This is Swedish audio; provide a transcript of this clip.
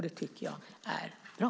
Det tycker jag är bra.